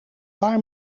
paar